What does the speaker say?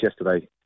yesterday